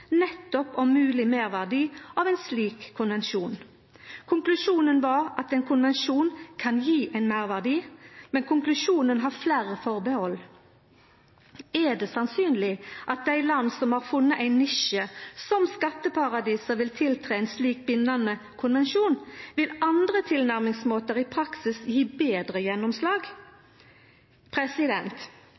nettopp om mogleg meirverdi av ein slik konvensjon. Konklusjonen var at ein konvensjon kan gje ein meirverdi, men konklusjonen har fleire atterhald. Er det sannsynleg at dei land som har funne ei nisje som skatteparadis, vil tiltre ein slik bindande konvensjon? Vil andre tilnærmingsmåtar i praksis gje betre gjennomslag?